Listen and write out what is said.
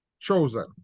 chosen